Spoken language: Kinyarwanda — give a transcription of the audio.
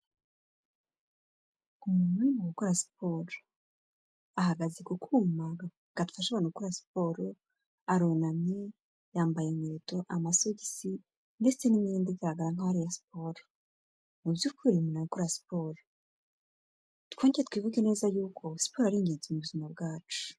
Umuntu uri mu gukora siporo, ahagaze ku kuma gafasha abantu gukora siporo, arunamye, yambaye inkweto, amasogisi, ndetse n'imyenda igaragara nkaho ari iya siporo. Mu by'ukuri umuntu ari gukora siporo. Twongere twibuke neza yuko, siporo ari ingenzi mu buzima bwacu.